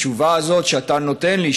התשובה הזאת שאתה נותן לי,